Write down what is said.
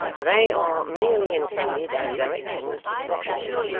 they are merely intended as directions to the washerwoman,